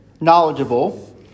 knowledgeable